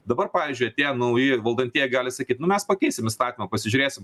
dabar pavyzdžiui atėję nauji valdantieji gali sakyt nu mes pakeisim įstatymą pasižiūrėsim